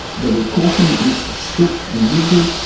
the reporting is strict and rigid.